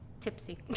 tipsy